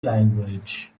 language